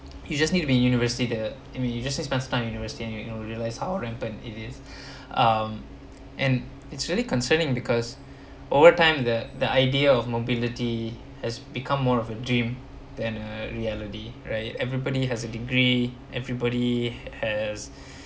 you just need to be university that I mean you just need to spends time university and you will realize how rampant it is um and it's really concerning because over time the the idea of mobility has become more of a dream than a reality right everybody has a degree everybody has